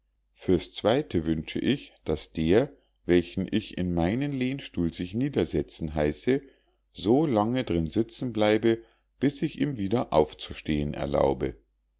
für's zweite wünsche ich daß der welchen ich in meinen lehnstuhl sich niedersetzen heiße so lange drin sitzen bleibe bis ich ihm wieder aufzustehen erlaube